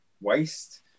waste